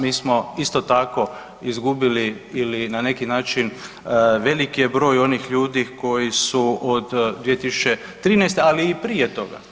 Mi smo isto tako izgubili ili na neki način velik je broj onih ljudi koji su od 2013. ali i prije toga.